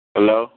Hello